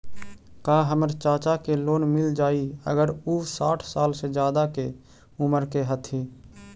का हमर चाचा के लोन मिल जाई अगर उ साठ साल से ज्यादा के उमर के हथी?